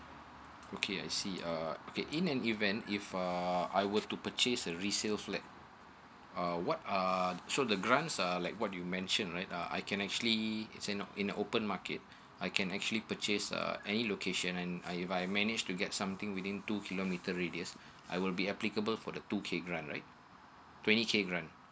okay I see uh okay in an event if uh I were to purchase a resale flat uh what uh so the grants err like what you mention right I can actually it's in a in an open market I can actually purchase a any location and I if I manage to get something within two kilometre radius I will be applicable for the two k grant right twenty k grant